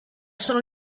sono